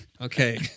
Okay